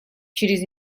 через